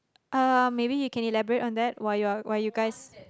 uh maybe you can elaborate on that while your while you guys